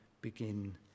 begin